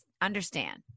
understand